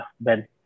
Ben